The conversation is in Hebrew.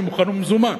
אני מוכן ומזומן.